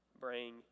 bring